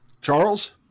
Charles